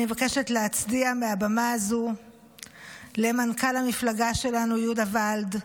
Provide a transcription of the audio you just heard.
אני מבקשת להצדיע מהבמה הזו למנכ"ל המפלגה שלנו יהודה ולד,